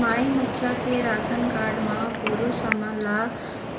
माई मुखिया के ration card म पुरुष हमन ला